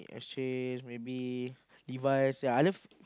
Exchange maybe Levi's yea I love